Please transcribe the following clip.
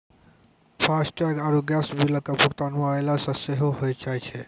FASTag आरु gas बिलो के भुगतान मोबाइलो से सेहो होय जाय छै